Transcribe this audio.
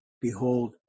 Behold